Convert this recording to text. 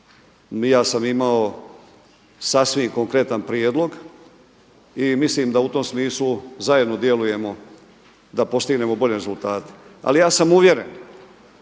Ja sam imao sasvim konkretan prijedlog i mislim da u tom smislu zajedno djelujemo da postignemo bolje rezultate. Ali ja sam uvjeren